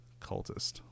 cultist